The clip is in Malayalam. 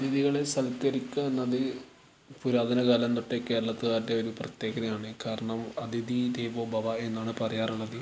അതിഥികളെ സൽക്കരിക്കുക എന്നത് പുരാതനകാലം തൊട്ടേ കേരളത്തുക്കാരുടെ ഒരു പ്രത്യേകതയാണ് കാരണം അതിഥി ദേവോ ഭവ എന്നാണ് പറയാറുള്ളത്